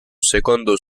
secondo